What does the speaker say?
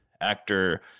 Actor